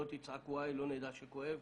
לא תצעקו איי, לא נדע שכואב.